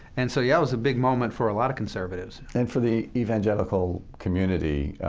and so yeah, that was a big moment for a lot of conservatives. and for the evangelical community,